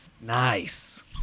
Nice